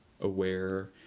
aware